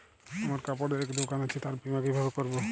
আমার কাপড়ের এক দোকান আছে তার বীমা কিভাবে করবো?